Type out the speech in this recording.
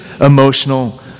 emotional